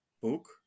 book